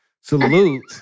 Salute